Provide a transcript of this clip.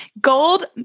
gold